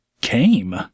came